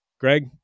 Greg